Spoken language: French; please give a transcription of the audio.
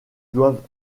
doivent